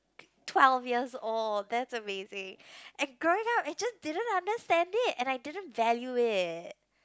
twelve years old that's amazing and growing up I just didn't understand it and I didn't value it